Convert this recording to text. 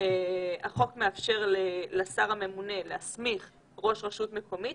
החוק מאפשר לשר הממונה להסמיך ראש רשות מקומית